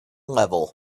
level